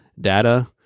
data